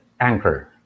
Anchor